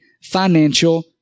financial